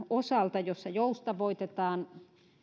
osalta jossa joustavoitetaan